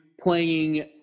playing